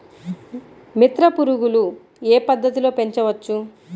మిత్ర పురుగులు ఏ పద్దతిలో పెంచవచ్చు?